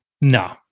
No